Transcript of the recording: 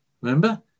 Remember